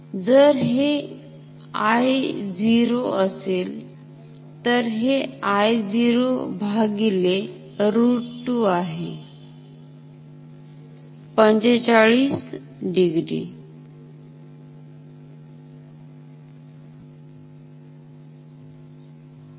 जर हे I0 असेल तर हे l0 भागिले रूट 2 आहे45 डिग्री